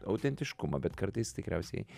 autentiškumą bet kartais tikriausiai